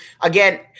Again